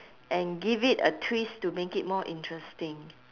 and give it a twist to make it more interesting